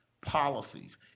policies